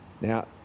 Now